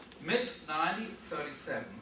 mid-1937